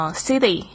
city